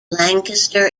lancaster